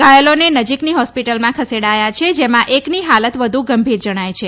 ઘાયલોને નજીકની હોસ્પીટલમાં ખસેડાથા છે જેમાં એકની હાલત વધુ ગંભીર જણાથ છે